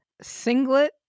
singlet